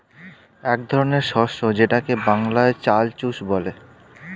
এক ধরনের শস্য যেটাকে বাংলায় চাল চুষ বলে